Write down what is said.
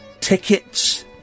tickets